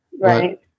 Right